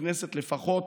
בכנסת לפחות,